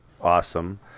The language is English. awesome